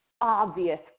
obvious